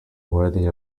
worthy